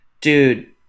Dude